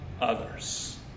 others